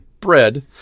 bread